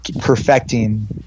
perfecting